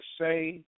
Say